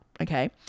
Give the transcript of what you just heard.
Okay